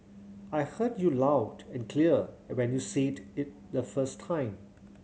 I heard you loud and clear when you said it the first time